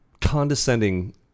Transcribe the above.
condescending